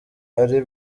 ari